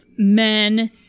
men